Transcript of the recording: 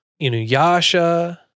Inuyasha